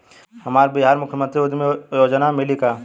हमरा बिहार मुख्यमंत्री उद्यमी योजना मिली का?